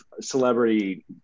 celebrity